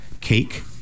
Cake